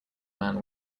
man